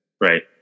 Right